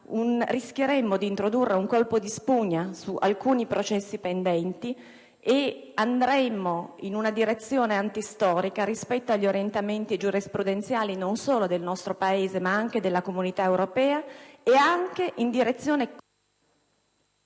rischieremmo di dare un colpo di spugna su alcuni processi pendenti e andremmo in una direzione antistorica rispetto agli orientamenti giurisprudenziali, non solo del nostro Paese, ma anche dell'Unione europea, considerata